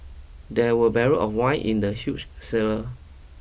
there were barrels of wine in the huge cellar